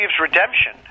redemption